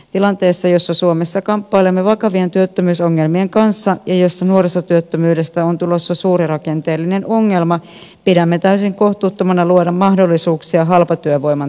tilanteessa jossa suomessa kamppailemme vakavien työttömyysongelmien kanssa ja jossa nuorisotyöttömyydestä on tulossa suuri rakenteellinen ongelma pidämme täysin kohtuuttomana luoda mahdollisuuksia halpatyövoiman tuottamiseen